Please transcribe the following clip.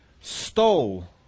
stole